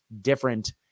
different